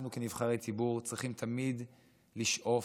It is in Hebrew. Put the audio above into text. אנחנו כנבחרי ציבור צריכים תמיד לשאוף